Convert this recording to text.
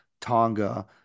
Tonga